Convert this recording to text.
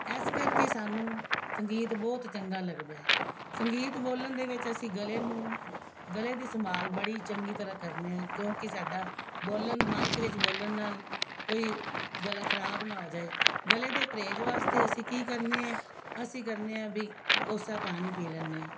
ਇਸ ਕਰਕੇ ਸਾਨੂੰ ਸੰਗੀਤ ਬਹੁਤ ਚੰਗਾ ਲੱਗਦਾ ਹੈ ਸੰਗੀਤ ਬੋਲਣ ਦੇ ਵਿੱਚ ਅਸੀਂ ਗਲੇ ਨੂੰ ਗਲੇ ਦੀ ਸੰਭਾਲ ਬੜੀ ਚੰਗੀ ਤਰ੍ਹਾਂ ਕਰਦੇ ਹਾਂ ਕਿਉਂਕਿ ਸਾਡਾ ਬੋਲਣ ਮਾਈਕ ਵਿੱਚ ਬੋਲਣ ਨਾਲ ਕੋਈ ਗਲਾ ਖ਼ਰਾਬ ਨਾ ਹੋ ਜਾਵੇ ਗਲੇ ਦੇ ਪਰਹੇਜ ਵਾਸਤੇ ਅਸੀਂ ਕੀ ਕਰਦੇ ਐਂ ਅਸੀਂ ਕਰਦੇ ਐਂ ਵੀ ਕੋਸਾ ਪਾਣੀ ਪੀ ਲੈਂਦੇ ਐਂ